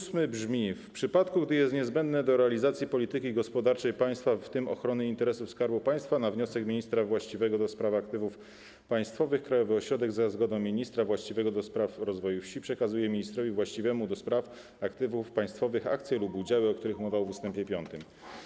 Ust. 8 brzmi: „W przypadku gdy jest to niezbędne dla realizacji polityki gospodarczej państwa, w tym ochrony interesów Skarbu Państwa, na wniosek ministra właściwego do spraw aktywów państwowych Krajowy Ośrodek, za zgodą ministra właściwego do spraw rozwoju wsi, przekazuje ministrowi właściwemu do spraw aktywów państwowych akcje lub udziały, o których mowa w ust. 5”